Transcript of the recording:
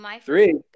Three